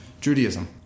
Judaism